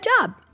job